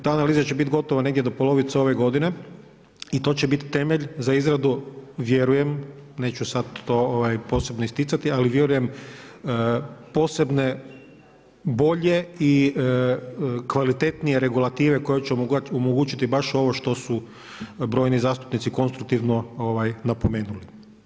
Ta analiza će biti gotova negdje do polovice ove godine i to će biti temelj za izradu vjerujem, neću sad to posebno isticati, ali vjerujem posebne bolje i kvalitetnije regulative koje će omogućiti baš ovo što su brojni zastupnici konstruktivno napomenuli.